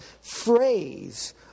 phrase